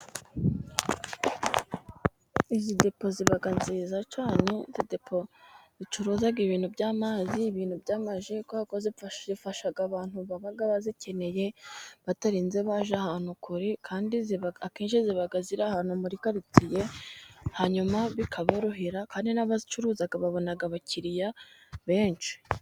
Izi depo ziba nziza cyane, izi depo bicuruza ibintu by'amazi, ibintu by'ama ji, kubera ko zifasha abantu baba bazikeneye batarinze bajya ahantu kure, kandi akenshi ziba ziri ahantu muri karitsiye hanyuma bikaborohera, kandi n'abazicuruza babona abakiriya benshi.